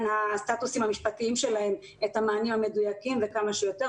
הסטטוסים המשפטיים שלהם את המענים המדויקים וכמה שיותר,